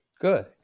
good